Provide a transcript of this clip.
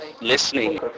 Listening